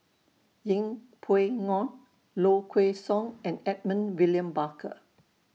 Yeng Pway Ngon Low Kway Song and Edmund William Barker